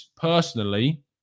personally